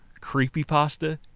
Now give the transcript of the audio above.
Creepypasta